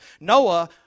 Noah